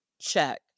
check